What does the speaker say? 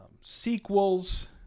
sequels